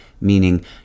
meaning